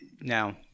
now